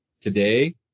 today